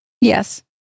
Yes